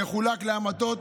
יחולק לעמותות,